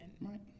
right